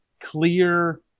clear